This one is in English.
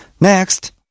Next